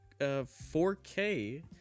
4K